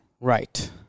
Right